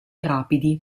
rapidi